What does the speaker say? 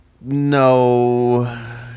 No